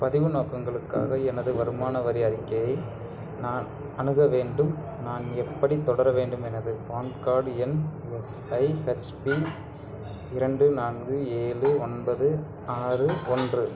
பதிவு நோக்கங்களுக்காக எனது வருமான வரி அறிக்கையை நான் அணுக வேண்டும் நான் எப்படி தொடர வேண்டும் எனது பான் கார்ட் எண் எஸ்ஐஹச்பி இரண்டு நான்கு ஏழு ஒன்பது ஆறு ஒன்று